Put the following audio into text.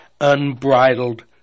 unbridled